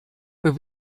were